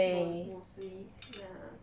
mo~ mostly ya